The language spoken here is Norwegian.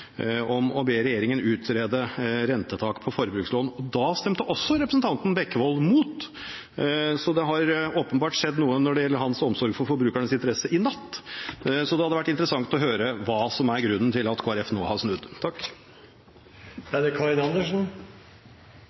om å be regjeringen utrede rentetak på forbrukslån. Da stemte representanten Bekkevold mot, så det har åpenbart skjedd noe i natt når det gjelder hans omsorg for forbrukernes interesser. Det hadde vært interessant å høre hva som er grunnen til at Kristelig Folkeparti nå har snudd. Jeg håper mange snur, for det er